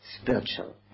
spiritual